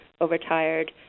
overtired